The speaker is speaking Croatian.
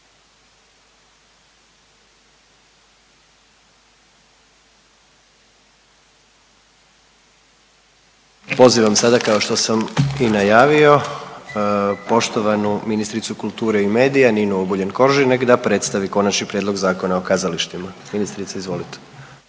Pozivam sada kao što sam i najavio poštovanu ministricu kulture i medija, Ninu Obuljen Koržinek da predstavi Konačni prijedlog Zakona o kazalištima. Ministrice, izvolite.